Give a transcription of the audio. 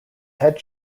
head